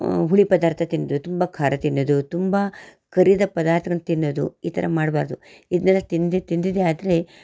ಹುಳಿ ಪದಾರ್ಥ ತಿಂದು ತುಂಬ ಖಾರ ತಿನ್ನೋದು ತುಂಬ ಕರಿದ ಪದಾರ್ಥನ್ನು ತಿನ್ನೋದು ಈ ಥರ ಮಾಡಬಾರ್ದು ಇದನ್ನೆಲ್ಲ ತಿಂದು ತಿಂದಿದ್ದೇ ಆದರೆ